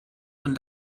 und